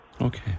Okay